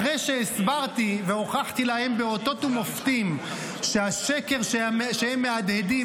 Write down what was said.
אחרי שהסברתי והוכחתי להם באותות ומופתים שהשקר שהם מהדהדים,